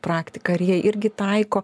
praktika ar jie irgi taiko